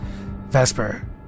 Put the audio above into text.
Vesper